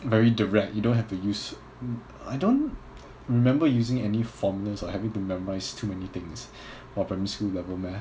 very direct you don't have to use I don't remember using any formulas or having to memorise too many things for primary school level math